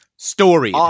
story